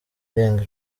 irenga